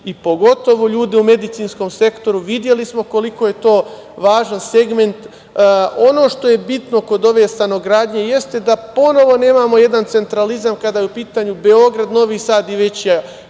pogotovo ljude u medicinskom sektoru. Videli smo koliko je to važan segment. Ono što je bitno kod ove stanogradnje jeste da ponovo nemamo jedan centralizam kada je u pitanju Beograd, Novi Sad i veći